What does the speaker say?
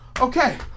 Okay